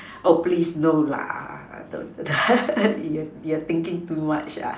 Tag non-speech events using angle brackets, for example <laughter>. oh please no lah don't <laughs> you're you're thinking too much ah